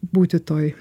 būti toj